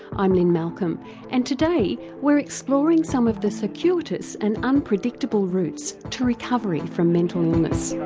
i'm lynne malcolm and today we're exploring some of the circuitous and unpredictable routes to recovery from mental illness.